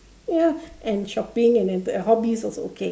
ya and shopping and then your hobbies also okay